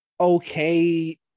Okay